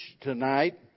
tonight